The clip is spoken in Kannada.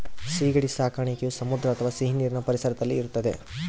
ಸೀಗಡಿ ಸಾಕಣೆಯು ಸಮುದ್ರ ಅಥವಾ ಸಿಹಿನೀರಿನ ಪರಿಸರದಲ್ಲಿ ಇರುತ್ತದೆ